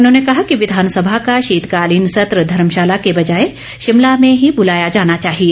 उन्होंने कहा कि विधानसभा का शीतकालीन सत्र धर्मशाला के बजाए शिमला में ही बुलाया जाना चाहिए